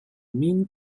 mean